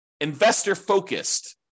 investor-focused